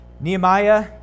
Nehemiah